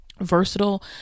versatile